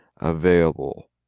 available